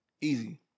Easy